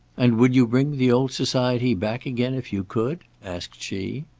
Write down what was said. and would you bring the old society back again if you could? asked she.